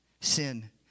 sin